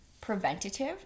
preventative